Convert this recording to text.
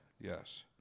Yes